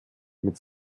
mit